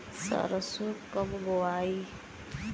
सरसो कब बोआई?